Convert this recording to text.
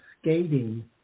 skating